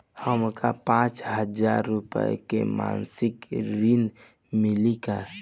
हमका पांच हज़ार रूपया के मासिक ऋण मिली का?